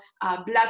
blood